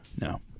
No